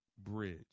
Bridge